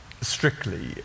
Strictly